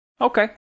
Okay